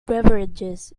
beverages